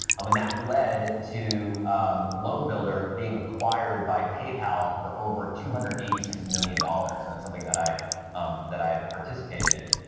um that led to loanbuilder being acquired by paypal for over two hundred and eighty six million dollars. and that's something that i um that i participated in.